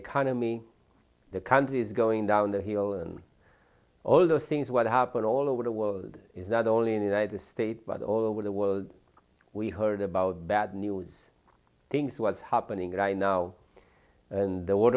economy the country is going down the hill and all those things what happened all over the world is that only in the united states but all over the world we heard about bad news things what's happening right now in the wor